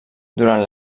durant